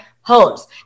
homes